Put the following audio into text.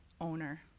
owner